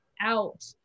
out